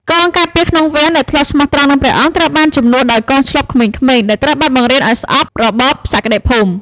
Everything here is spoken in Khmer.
កងការពារក្នុងវាំងដែលធ្លាប់ស្មោះត្រង់នឹងព្រះអង្គ ត្រូវបានជំនួសដោយកងឈ្លបក្មេងៗដែលត្រូវបានបង្រៀនឱ្យស្អប់របបសក្តិភូមិ។